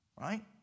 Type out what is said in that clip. Right